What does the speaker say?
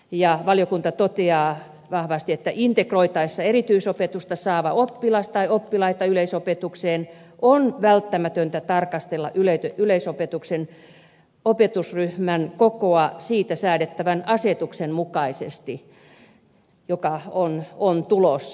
ja valiokunta toteaa vahvasti että integroitaessa erityisopetusta saava oppilas tai oppilaita yleisopetukseen on välttämätöntä tarkastella yleisopetuksen opetusryhmän kokoa siitä säädettävän asetuksen mukaisesti joka on tulossa